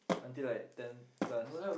until like ten plus